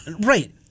Right